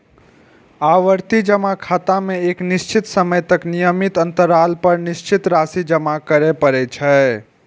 आवर्ती जमा खाता मे एक निश्चित समय तक नियमित अंतराल पर निश्चित राशि जमा करय पड़ै छै